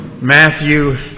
Matthew